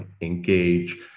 engage